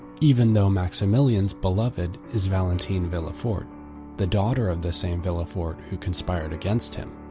even though maximillien's beloved is valentine villefort the daughter of the same villefort who conspired against him.